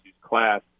class